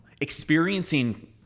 Experiencing